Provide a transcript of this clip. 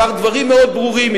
אמר דברים מאוד ברורים,